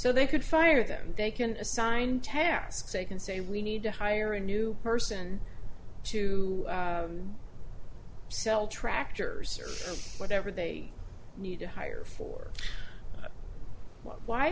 so they could fire them they can assign tear asks a can say we need to hire a new person to sell tractors or whatever they need to hire for why